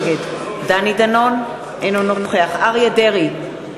נגד דני דנון, אינו נוכח אריה דרעי,